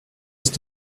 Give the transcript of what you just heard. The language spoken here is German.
ist